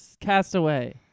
Castaway